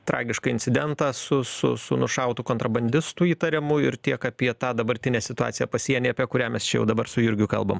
tragišką incidentą su su su nušautu kontrabandistu įtariamu ir tiek apie tą dabartinę situaciją pasieny apie kurią mes čia jau dabar su jurgiu kalbam